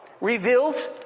reveals